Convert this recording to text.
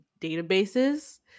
databases